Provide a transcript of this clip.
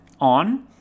on